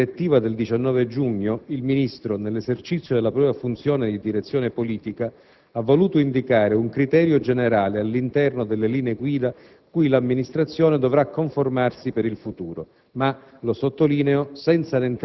In questo quadro, con la direttiva del 19 giugno il Ministro, nell'esercizio della propria funzione di direzione politica, ha voluto indicare un criterio generale all'interno delle linee guida cui l'amministrazione dovrà conformarsi per il futuro,